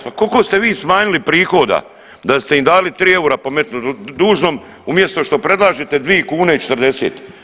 Pa koliko ste vi smanjili prihoda da ste im dali 3 eura po metru dužnom, umjesto što predlažete 2 kune i 40.